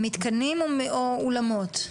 מתקנים או אולמות?